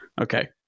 okay